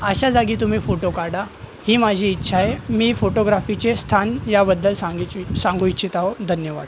अशा जागी तुम्ही फोटो काढा ही माझी इच्छा आहे मी फोटोग्राफीचे स्थान याबद्दल सांगी इच्छ सांगू इच्छित आहो धन्यवाद